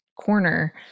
corner